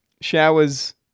showers